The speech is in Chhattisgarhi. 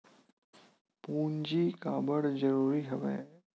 पूंजी काबर जरूरी हवय?